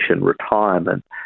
retirement